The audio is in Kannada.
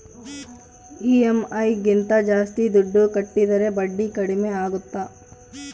ಇ.ಎಮ್.ಐ ಗಿಂತ ಜಾಸ್ತಿ ದುಡ್ಡು ಕಟ್ಟಿದರೆ ಬಡ್ಡಿ ಕಡಿಮೆ ಆಗುತ್ತಾ?